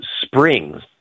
springs